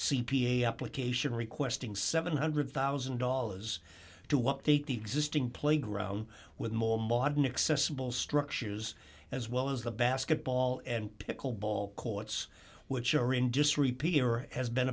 a application requesting seven hundred thousand dollars to update the existing playground with more modern excess simple structures as well as the basketball and pickle ball courts which are in disrepair or has been